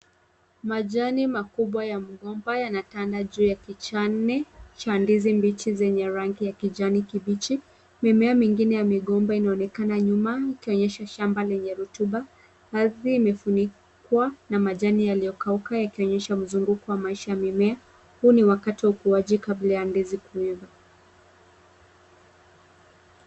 Majani makubwa ya mgomba yanatanda juu ya kichane cha ndizi mbichi zenye rangi ya kijani kibichi, mimea mingine ya migomba inaonekana nyuma ikionyesha shamba lenye rutuba. Ardhi imefunikwa na majani yaliyokauka yakionyesha mzunguko wa maisha ya mimea. Huu ni wakati wa ukuaji kabla ya ndizi kuiva.